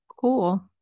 cool